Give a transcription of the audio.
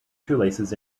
shoelaces